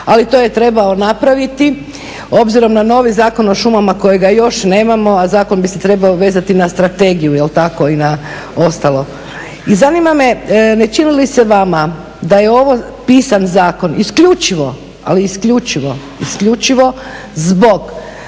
ali to je trebao napraviti obzirom na novi Zakon o šumama kojega još nemamo a zakon bi se trebao vezati na strategiju je li tako i na ostalo. I zanima me, ne čini li se vama da je ovo pisan zakon isključivo ali isključivo, isključivo zbog